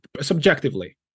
Subjectively